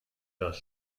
das